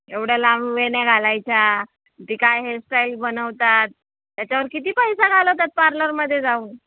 एवढ्या लांब वेण्या घालायच्या ती काय हेअर स्टाईल बनवतात त्याच्यावर किती पैसा घालवतात पार्लरमध्ये जाऊन